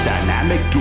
Dynamic